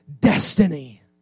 destiny